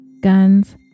guns